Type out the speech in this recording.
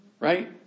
Right